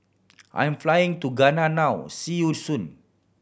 I'm flying to Ghana now see you soon